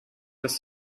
dass